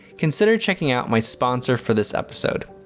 consider checking out my sponsor for this episode,